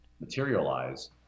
Materialize